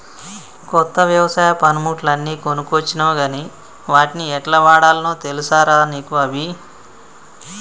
కొత్త వ్యవసాయ పనిముట్లు అన్ని కొనుకొచ్చినవ్ గని వాట్ని యెట్లవాడాల్నో తెలుసా రా నీకు అభి